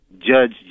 Judge